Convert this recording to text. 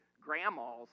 grandma's